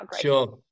sure